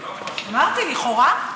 אמרתי, לכאורה.